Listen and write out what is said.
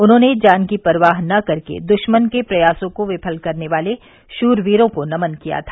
उन्होंने जान की परवाह न करके दुश्मन के प्रयासों को विफल करने वाले शूरवीरों को नमन किया था